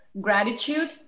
gratitude